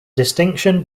distinction